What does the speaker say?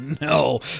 no